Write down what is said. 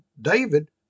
David